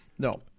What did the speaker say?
No